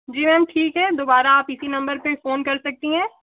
जी ma'am ठीक है दोबारा आप इसी नंबर पर फोन कर सकती हैं